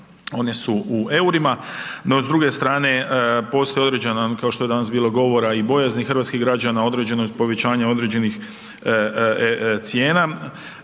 one su u EUR-ima, no s druge strane postoje određene, kao što je danas bilo govora i bojazni hrvatskih građana o određenoj, povećanja određenih cijena,